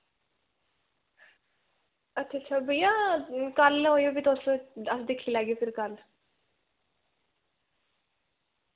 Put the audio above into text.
अच्छा अच्छा भैया कल आयो फ्ही तुस अस दिक्खी लैगे फिर कल